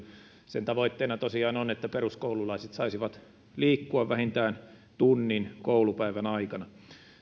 sen tavoitteena tosiaan on että peruskoululaiset saisivat liikkua vähintään tunnin koulupäivän aikana